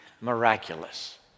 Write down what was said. miraculous